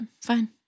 fine